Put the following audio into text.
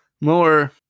more